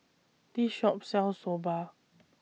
This Shop sells Soba